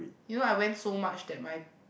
you know I went so much that my